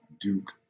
Duke